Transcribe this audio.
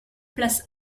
place